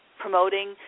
promoting